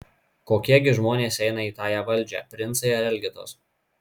kokie gi žmonės eina į tąją valdžią princai ar elgetos